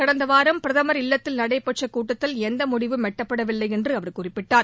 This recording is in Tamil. கடந்த வாரம் பிரதமர் இல்லத்தில் நடைபெற்ற கூட்டத்தில் எந்த முடிவும் எட்டப்படவில்லை என்று அவர் குறிப்பிட்டார்